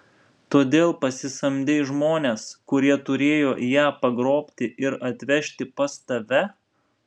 todėl pasisamdei žmones kurie turėjo ją pagrobti ir atvežti pas tave